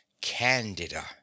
Candida